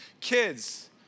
kids